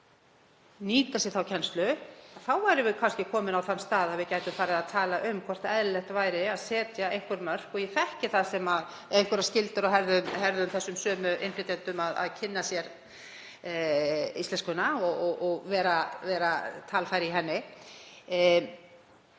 nýta sér þá kennslu, þá værum við kannski komin á þann stað að við gætum farið að tala um hvort eðlilegt væri að setja einhver mörk, einhverjar skyldur á herðar þessum sömu innflytjendum að kynna sér íslenskuna og vera talfær í henni.